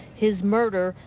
his murder,